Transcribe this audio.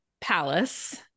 palace